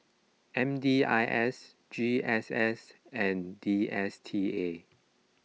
M D I S G S S and D S T A